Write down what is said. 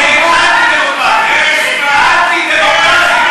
מה שמוציא את דיבתה של ישראל בעולם,